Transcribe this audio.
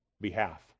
behalf